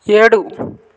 ఏడు